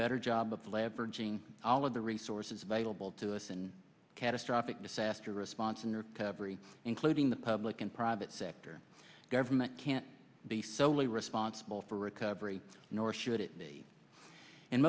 gene all of the resources available to us and catastrophic disaster response and recovery including the public and private sector government can't be solely responsible for recovery nor should it be in